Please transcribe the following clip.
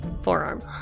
forearm